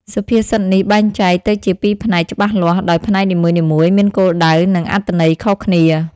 សុភាសិតនេះបែងចែកទៅជាពីរផ្នែកច្បាស់លាស់ ដោយផ្នែកនីមួយៗមានគោលដៅ និងអត្ថន័យខុសគ្នា។